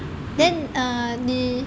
mm